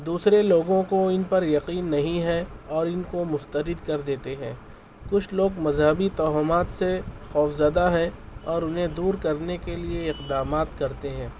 دوسرے لوگوں کو ان پر یقین نہیں ہے اور ان کو مسترد کر دیتے ہیں کچھ لوگ مذہبی توہمات سے خوفزدہ ہیں اور انہیں دور کرنے کے لیے اقدامات کرتے ہیں